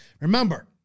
remember